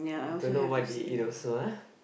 don't know what they eat also lah